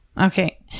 Okay